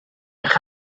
eich